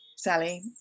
Sally